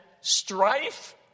strife